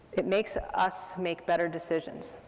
it makes us make better decisions,